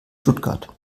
stuttgart